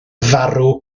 farw